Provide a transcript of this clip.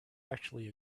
actually